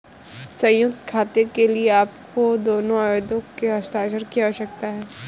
संयुक्त खाते के लिए आपको दोनों आवेदकों के हस्ताक्षर की आवश्यकता है